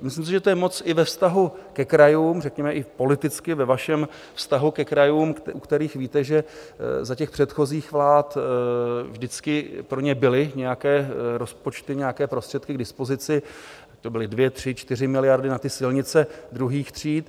Myslím si, že to je moc i ve vztahu ke krajům, řekněme i politicky ve vašem vztahu ke krajům, o kterých víte, že za předchozích vlád vždycky pro ně byly nějaké rozpočty, nějaké prostředky k dispozici, to byly 2, 3, 4 miliardy na ty silnice druhých tříd.